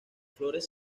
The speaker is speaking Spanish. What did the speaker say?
flores